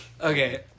Okay